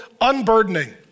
unburdening